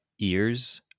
ears